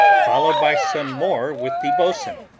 followed by some more with the boatswain,